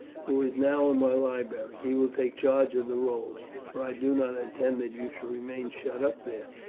who is now in my library. he will take charge of the rolls, for i do not intend that you should remain shut up there.